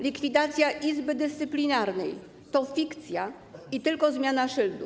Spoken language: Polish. Likwidacja Izby Dyscyplinarnej to fikcja i tylko zmiana szyldu.